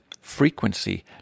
frequency